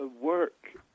work